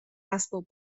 اسباب